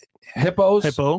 hippos